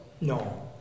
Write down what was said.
no